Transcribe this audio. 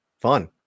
fun